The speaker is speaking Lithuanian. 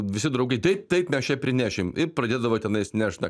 visi draugai taip taip mes čia prinešim ir pradėdavo tenais nešt